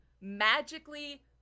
magically